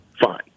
Fine